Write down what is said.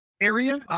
area